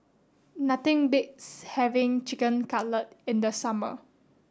nothing beats having Chicken Cutlet in the summer